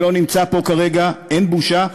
שלא נמצא פה כרגע: אין בושה?